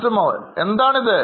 customer എന്താണിത്